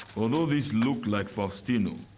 although this looked like faustino,